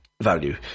value